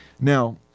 Now